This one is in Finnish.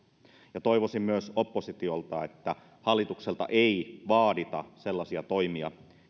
toivoisin myös oppositiolta että hallitukselta ei vaadita sellaisia toimia